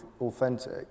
authentic